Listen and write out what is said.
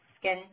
skin